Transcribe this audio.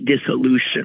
dissolution